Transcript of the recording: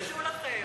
תתביישו לכם.